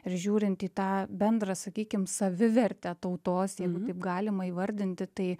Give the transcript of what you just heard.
ir žiūrint į tą bendrą sakykim savivertę tautos jeigu taip galima įvardinti tai